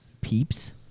Peeps